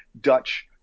Dutch